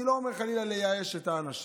אני לא אומר את זה חלילה כדי לייאש את המשפחות,